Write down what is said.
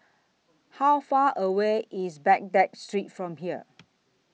How Far away IS Baghdad Street from here